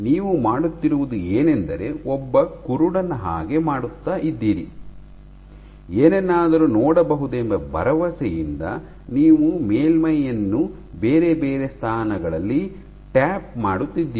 ನೀವು ಮಾಡುತ್ತಿರುವುದು ಏನೆಂದರೆ ಒಬ್ಬ ಕುರುಡನ ಹಾಗೆ ಮಾಡುತ್ತಾ ಇದ್ದೀರಿ ಏನನ್ನಾದರೂ ನೋಡಬಹುದೆಂಬ ಭರವಸೆಯಿಂದ ನೀವು ಮೇಲ್ಮೈಯನ್ನು ಬೇರೆ ಬೇರೆ ಸ್ಥಾನಗಳಲ್ಲಿ ಟ್ಯಾಪ್ ಮಾಡುತ್ತಿದ್ದೀರಿ